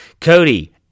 Cody